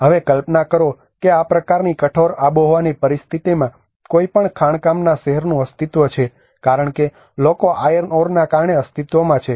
હવે કલ્પના કરો કે આ પ્રકારની કઠોર આબોહવાની પરિસ્થિતિમાં કોઈપણ ખાણકામના શહેરનુ અસ્તિત્વ છે કારણ કે લોકો આયર્ન ઓરના કારણે અસ્તિત્વમાં છે